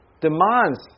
demands